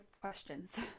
questions